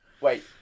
Wait